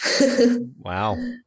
Wow